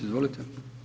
Izvolite.